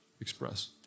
express